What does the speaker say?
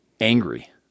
angry